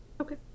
Okay